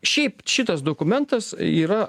šiaip šitas dokumentas yra